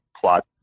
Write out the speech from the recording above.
plot